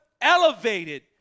elevated